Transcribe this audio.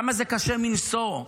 כמה זה קשה מנשוא,